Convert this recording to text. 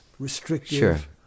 restrictive